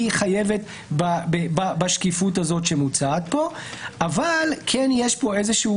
היא חייבת בשקיפות הזאת שמוצעת פה אבל כן יש פה איזה שהוא